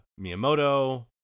Miyamoto